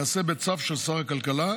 ייעשו בצו של שר הכלכלה,